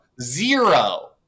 zero